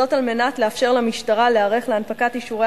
כדי לאפשר למשטרה להיערך להנפקת אישורי